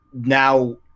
now